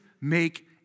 make